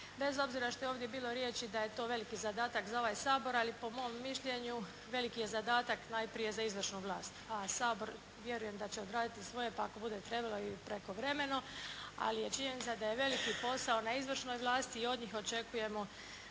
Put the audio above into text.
bez obzira što je ovdje bilo riječi da je to veliki zadatak za ovaj Sabor. Ali po mom mišljenju veliki je zadatak najprije za izvršnu vlast, a Sabor vjerujem da će odraditi svoje, pa ako bude trebalo i prekovremeno. Ali je činjenica da je veliki posao na izvršnoj vlasti i od njih očekujemo